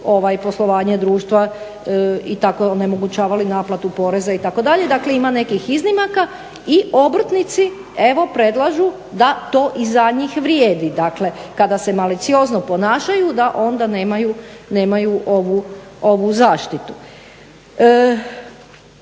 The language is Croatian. poslovanje društva i tako onemogućavali naplatu poreza itd. Dakle, ima nekih iznimaka. I obrtnici evo predlažu da to i za njih vrijedi. Dakle, kada se maliciozno ponašaju da onda nemaju ovu zaštitu.